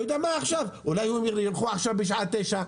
אולי הם ילכו בשעה 9?